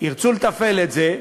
ירצו לתפעל את זה,